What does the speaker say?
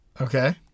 Okay